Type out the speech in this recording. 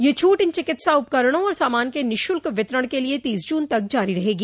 यह छूट इन चिकित्सा उपकरणों और सामान के निशुक्ल वितरण के लिए तीस जून तक जारी रहेगी